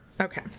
okay